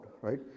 right